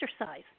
exercise